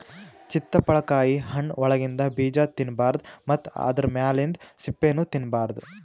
ಚಿತ್ತಪಳಕಾಯಿ ಹಣ್ಣ್ ಒಳಗಿಂದ ಬೀಜಾ ತಿನ್ನಬಾರ್ದು ಮತ್ತ್ ಆದ್ರ ಮ್ಯಾಲಿಂದ್ ಸಿಪ್ಪಿನೂ ತಿನ್ನಬಾರ್ದು